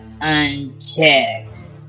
unchecked